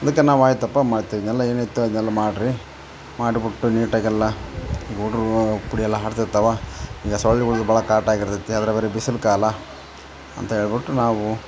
ಅದಕ್ಕೆ ನಾವು ಆಯ್ತಪ್ಪ ಮಾಡ್ತೀನಿ ಇದ್ನೆಲ್ಲ ಏನಿತ್ತು ಅದ್ನೆಲ್ಲ ಮಾಡ್ರಿ ಮಾಡ್ಬಿಟ್ಟು ನೀಟಾಗೆಲ್ಲ ಹುಡುಗ್ರು ಪುಡಿ ಎಲ್ಲ ಆಡ್ತಿರ್ತಾವೆ ಈಗ ಸೊಳ್ಳೆಗಳ್ದು ಭಾಳ ಕಾಟ ಆಗಿರ್ತದೆ ಅದ್ರಾಗ ಬೇರೆ ಬಿಸಿಲ್ಗಾಲ ಅಂತ ಹೇಳ್ಬುಟ್ ನಾವು